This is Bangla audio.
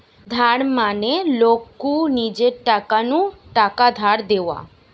ধার মানে লোক কু নিজের টাকা নু টাকা ধার দেওয়া